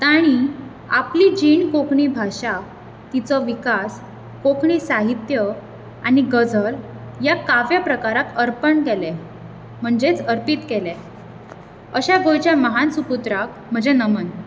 ताणी आपली जीण कोंकणी भाशा तिचो विकास कोंकणी साहित्य आनी गझल ह्या काव्य प्रकाराक अर्पण केलें म्हणजेच अर्पीत केलें अश्या गोंयच्या महान सुपुत्राक म्हजें नमन